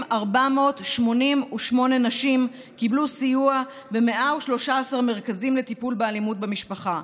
6,488 נשים קיבלו סיוע ב-113 מרכזים לטיפול באלימות במשפחה.